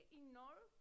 ignore